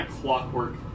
clockwork